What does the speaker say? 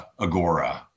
Agora